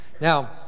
Now